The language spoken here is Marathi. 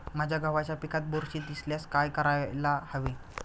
माझ्या गव्हाच्या पिकात बुरशी दिसल्यास काय करायला हवे?